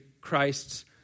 Christ's